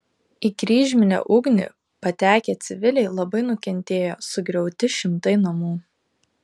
į kryžminę ugnį patekę civiliai labai nukentėjo sugriauti šimtai namų